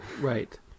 Right